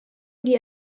die